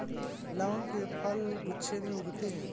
लौंग के फल गुच्छों में उगते हैं